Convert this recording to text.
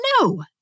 No